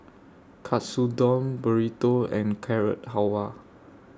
Katsudon Burrito and Carrot Halwa